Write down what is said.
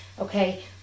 okay